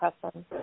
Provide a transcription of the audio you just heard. question